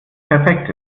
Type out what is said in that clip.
perfekt